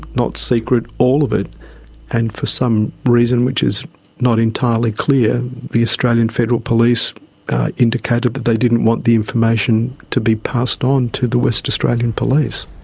not secret, all of it and for some reason which is not entirely clear, the australian federal police indicated that they didn't want the information to be passed on to the west australian police.